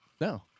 No